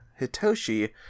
hitoshi